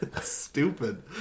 Stupid